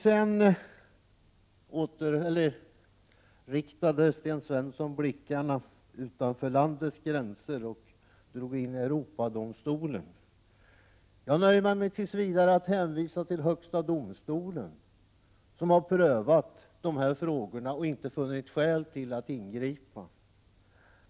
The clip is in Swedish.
Sedan riktade Sten Svensson blickarna utanför landets gränser och drog in Europadomstolen. Jag nöjer mig tills vidare med att hänvisa till högsta domstolen som har prövat de här frågorna och inte funnit skäl att ingripa.